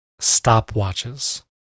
stopwatches